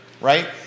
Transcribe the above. right